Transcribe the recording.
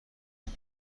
این